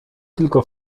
tylko